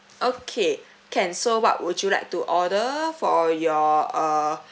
okay can so what would you like to order for your uh